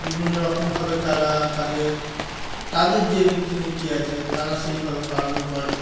বিভিন্ন রকমভাবে তারা তাদের তাদের যে রীতিনীতি আছে তারা সেইভাবে পালন করে